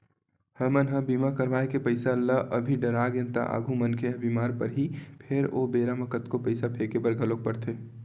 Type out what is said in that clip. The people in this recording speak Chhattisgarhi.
हमन ह बीमा करवाय के पईसा ल अभी डरागेन त आगु मनखे ह बीमार परही फेर ओ बेरा म कतको पईसा फेके बर घलोक परथे